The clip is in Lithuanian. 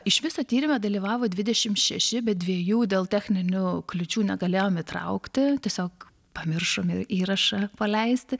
iš viso tyrime dalyvavo dvidešimt šeši bet dviejų dėl techninių kliūčių negalėjom įtraukti tiesiog pamiršom įrašą paleisti